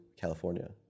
California